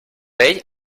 vell